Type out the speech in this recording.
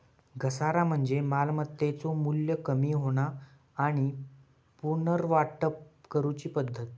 घसारा म्हणजे मालमत्तेचो मू्ल्य कमी होणा आणि पुनर्वाटप करूची पद्धत